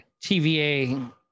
TVA